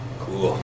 Cool